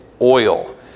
oil